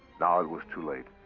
now it was too late.